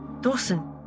Dawson